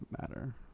matter